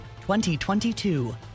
2022